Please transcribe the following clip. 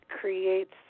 Creates